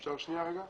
אפשר הערה?